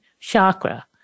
chakra